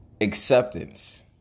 Acceptance